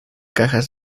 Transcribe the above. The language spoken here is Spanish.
cajas